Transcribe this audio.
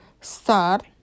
Start